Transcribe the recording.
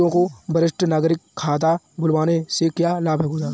बुजुर्गों को वरिष्ठ नागरिक खाता खुलवाने से क्या लाभ होगा?